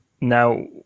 now